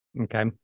Okay